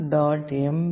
mbed